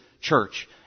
church